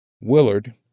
Willard